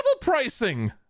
pricing